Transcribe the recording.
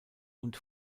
und